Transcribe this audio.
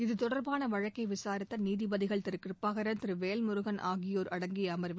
இது தொடர்பான வழக்கை விசாரித்த நீதிபதிகள் திரு கிருபாகரன் திரு வேல்முருகன் ஆகியோர் அடங்கிய அமர்வு